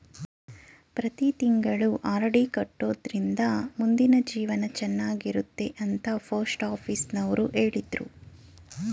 ಪ್ರತಿ ತಿಂಗಳು ಆರ್.ಡಿ ಕಟ್ಟೊಡ್ರಿಂದ ಮುಂದಿನ ಜೀವನ ಚನ್ನಾಗಿರುತ್ತೆ ಅಂತ ಪೋಸ್ಟಾಫೀಸುನವ್ರು ಹೇಳಿದ್ರು